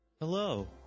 Hello